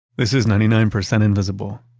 this is ninety nine percent invisible.